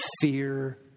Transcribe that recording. fear